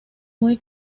muy